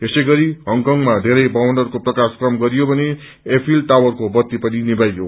यसैगरी हडकङमा धेरै भवनहरूको प्रकाश कम गरियो भने एफिल टावरको बत्ती पनि निभाइयो